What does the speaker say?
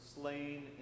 slain